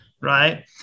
right